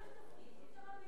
בסדר,